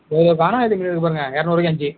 உங்களுக்கு பணம் எடுக்கிறத பாருங்க இரநூறுக்கு அஞ்சு